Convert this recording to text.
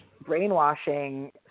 brainwashing